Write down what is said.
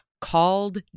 called